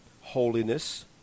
holiness